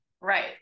Right